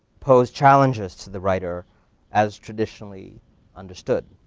pose challenges to the writer as traditionally understood.